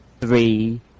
three